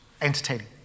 Entertaining